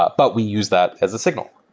ah but we use that as a signal.